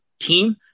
team